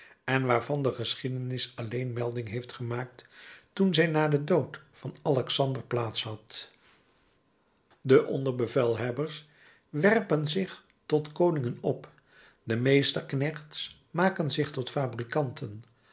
en waarvan de geschiedenis alleen melding heeft gemaakt toen zij na den dood van alexander plaats had de onderbevelhebbers werpen zich tot koningen op de meesterknechts maken zich tot fabrikanten